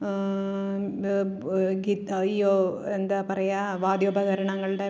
അയ്യോ എന്താ പറയുക വാദ്യോപകരണങ്ങളുടെ